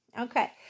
Okay